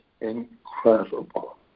incredible